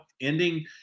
ending